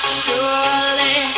surely